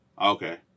Okay